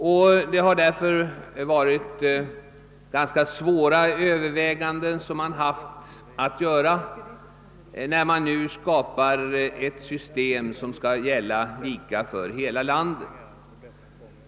Därvidlag har det varit ganska svåra överväganden att göra, när man skulle skapa ett system som skall gälla lika över hela landet.